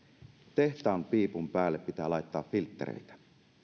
tehtaan piipun päälle pitää laittaa filttereitä